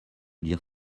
lire